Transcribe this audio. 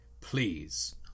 Please